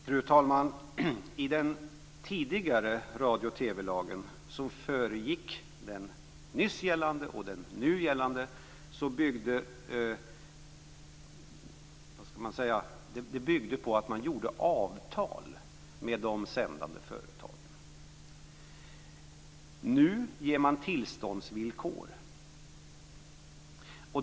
Fru talman! Den tidigare radio och TV-lagen som föregick den nyss gällande och den nu gällande byggde på att ingå avtal med de sändande företagen. Nu ger man tillståndsvillkor.